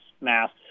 masks